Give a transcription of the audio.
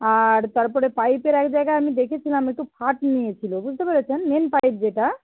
আর তারপরে পাইপের এক জায়গায় আমি দেখেছিলাম একটু ফাট নিয়েছিল বুঝতে পেরেছেন মেন পাইপ যেটা